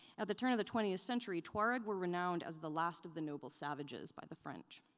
at the turn of the twentieth century, tuareg were renowned as the last of the noble savages by the french.